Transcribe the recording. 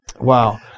Wow